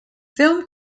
film